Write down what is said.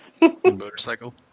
Motorcycle